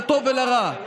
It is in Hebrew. לטוב ולרע,